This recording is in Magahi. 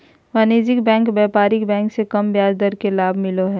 वाणिज्यिक बैंकिंग व्यापारिक बैंक मे कम ब्याज दर के लाभ मिलो हय